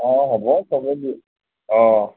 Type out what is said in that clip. অ হ'ব সবে দি অ